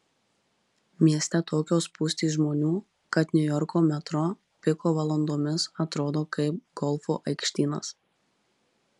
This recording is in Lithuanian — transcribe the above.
mieste tokios spūstys žmonių kad niujorko metro piko valandomis atrodo kaip golfo aikštynas